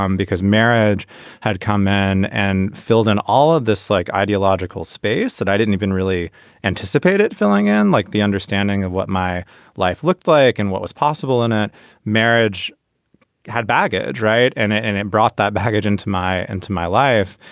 um because marriage had come in and filled in all of this like ideological space that i didn't even really anticipate it filling in. like the understanding of what my life looked like and what was possible in a marriage had baggage. right. and and it brought that baggage into my into my life.